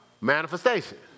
Manifestation